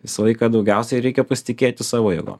visą laiką daugiausiai reikia pasitikėti savo jėgom